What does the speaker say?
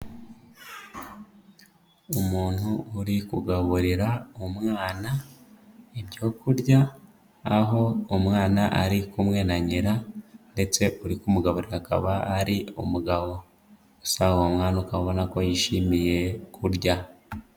Umuntu uri kugaburira umwana ibyo kurya, aho umwana ari kumwe na nyina ndetse uri kumugaburira akaba ari umugabo, gusa uwo mwana ukabona ko yishimiye kurya.